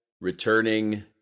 returning